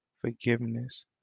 forgiveness